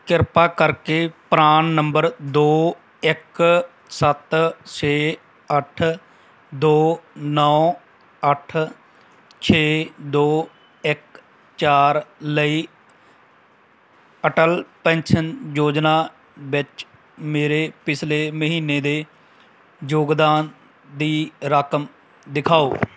ਕਿਰਪਾ ਕਰਕੇ PRAN number ਦੋ ਇੱਕ ਸੱਤ ਛੇ ਅੱਠ ਦੋ ਨੌਂ ਅੱਠ ਛੇ ਦੋ ਇੱਕ ਚਾਰ ਲਈ ਅਟਲ ਪੈਨਸ਼ਨ ਯੋਜਨਾ ਵਿੱਚ ਮੇਰੇ ਪਿਛਲੇ ਮਹੀਨੇ ਦੇ ਯੋਗਦਾਨ ਦੀ ਰਕਮ ਦਿਖਾਓ